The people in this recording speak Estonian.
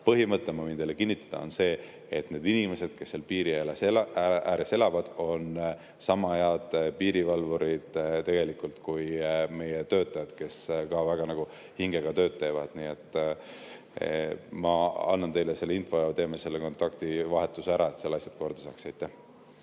põhimõte, ma võin teile kinnitada, on see, et need inimesed, kes seal piiri ääres elavad, on sama head piirivalvurid tegelikult kui meie töötajad, kes ka väga hingega tööd teevad. Nii et ma annan teile selle info ja teeme selle kontaktivahetuse ära, et seal asjad korda saaksid.